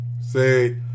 Say